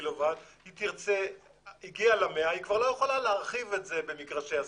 קילוואט כשהיא תגיע ל-100 היא כבר לא תוכל להרחיב את זה במגרשי הספורט,